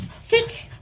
sit